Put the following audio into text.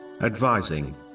advising